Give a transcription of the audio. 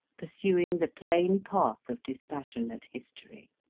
pursuing the plain path of dispassionate history.